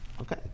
okay